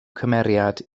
cymeriad